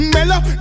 Mellow